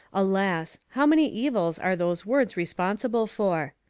alas! how many evils are those words responsible for!